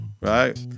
right